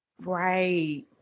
Right